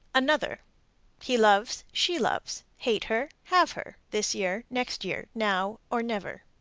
another he loves, she loves, hate her, have her, this year, next year, now or never.